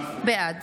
בעד